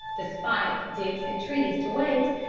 despite dick's entreaties to wait,